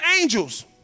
angels